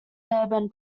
theban